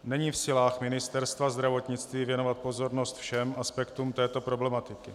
Není v silách Ministerstva zdravotnictví věnovat pozornost všem aspektům této problematiky.